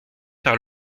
par